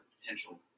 potential